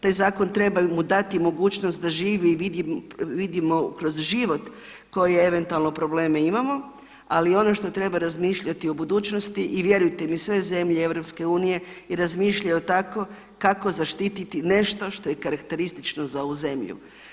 Taj zakon treba mu dati mogućnost da živi i vidimo kroz život, koje je eventualno probleme imamo ali ono što treba razmišljati u budućnosti i vjerujte mi sve zemlje EU i razmišljaju tako kako zaštititi nešto što je karakteristično za ovu zemlju.